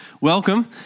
welcome